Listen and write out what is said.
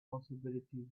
possibilities